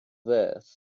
this